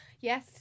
Yes